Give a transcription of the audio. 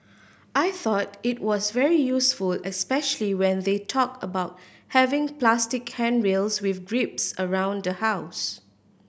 I thought it was very useful especially when they talked about having plastic handrails with grips around the house